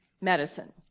medicine